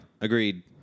agreed